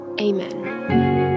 Amen